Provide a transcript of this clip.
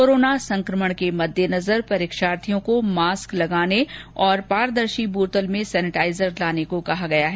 corona संक्रमण के मद्देनजर परीक्षार्थियों को मास्क ज़रूर लगाने और पारदर्शी बोतल में सेनेटाइजर लाने के लिए कहा गया है